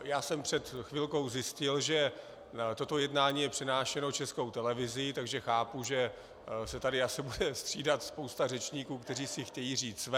Já jsem před chvilkou zjistil, že toto jednání je přenášeno Českou televizí, takže chápu, že se tady asi bude střídat spousta řečníků, kteří si chtějí říct své.